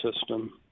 system